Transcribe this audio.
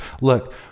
Look